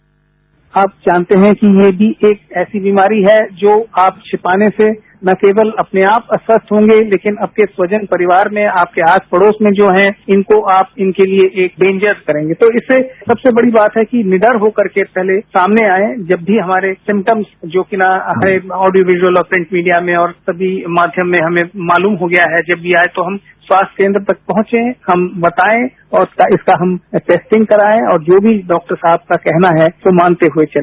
sound bite आप जानते है कि ये भी एक ऐसी बीमारी है जो आप छिपाने से न केवल अपने आप अस्वस्थ होंगे लेकिन आपके स्वजन परिवार में आपके आस पड़ोस में जो है इनको आप इनके लिए एक डेन्जर्स करेंगे तो इससे सबसे बड़ी बात है कि निडर होकर के सामने आए जब भी हमारे सिमटम्स जो कि ऑडियो विजुअल प्रिंट मीडिया में और सभी माध्यम में हमें मालूम हो गया है कि जब ये आये तो हम स्वास्थ्य केन्द्र तक पहुंचे हम बताए और इसका हम टैस्टिंग कराएं और जो भी डॉक्टर साहब का कहना है वो मानते हुए चले